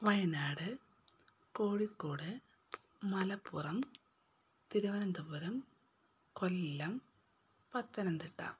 Wayanad Kozhikode Malappuram Thiruvananthapuram Kollam Pathanamthitta